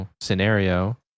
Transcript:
scenario